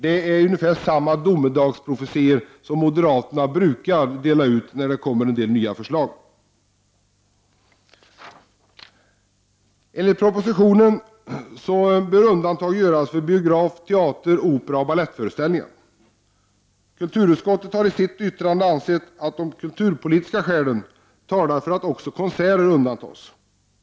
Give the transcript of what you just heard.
Det är ungefär samma domedagsprofetior som moderaterna brukar dela ut när en del nya förslag framläggs. Kulturutskottet har i sitt yttrande ansett att kulturpolitiska skäl talar för att också konserter undantas.